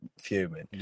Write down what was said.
fuming